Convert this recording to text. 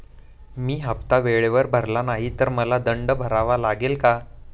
मी हफ्ता वेळेवर भरला नाही तर मला दंड भरावा लागेल का?